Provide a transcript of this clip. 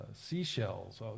seashells